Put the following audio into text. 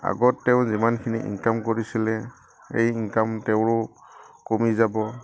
আগত তেওঁ যিমানখিনি ইনকাম কৰিছিলে এই ইনকাম তেওঁৰো কমি যাব